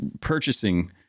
purchasing